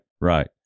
Right